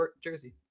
jersey